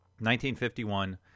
1951